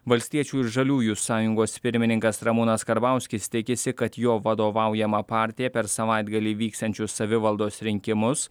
valstiečių ir žaliųjų sąjungos pirmininkas ramūnas karbauskis tikisi kad jo vadovaujama partija per savaitgalį vyksiančius savivaldos rinkimus